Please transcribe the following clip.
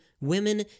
women